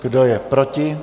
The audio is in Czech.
Kdo je proti?